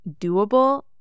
doable